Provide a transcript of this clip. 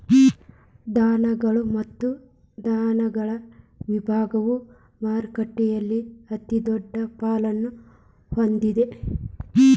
ಧಾನ್ಯಗಳು ಮತ್ತು ಧಾನ್ಯಗಳ ವಿಭಾಗವು ಮಾರುಕಟ್ಟೆಯಲ್ಲಿ ಅತಿದೊಡ್ಡ ಪಾಲನ್ನು ಹೊಂದಿದೆ